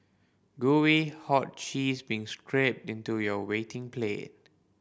gooey hot cheese being scrapped into your waiting plate